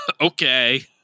okay